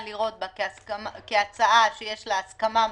לראות בה כהצעה שיש לה הסכמה ממשלתית,